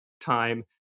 time